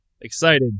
Excited